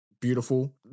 beautiful